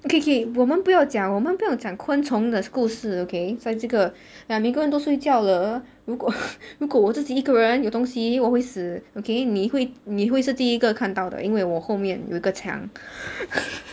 okay K 我们不要讲我们不要讲昆虫的故事 okay 所以这个每个人都睡觉了如果如果我自己一个人有东西我会死 okay 你会你会是第一个看到的因为我后面有一个墙